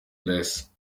less